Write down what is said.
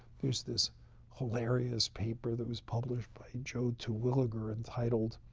there was this hilarious paper that was published by joe terwilliger entitled,